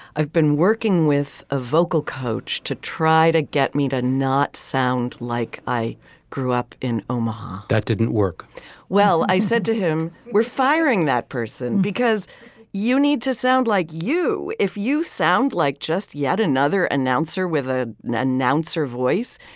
i've been working with a vocal coach to try to get me to not sound like i grew up in omaha. that didn't work well i said to him, we're firing that person because you need to sound like you. if you sound like just yet another announcer with a announcer voice,